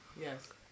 Yes